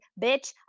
bitch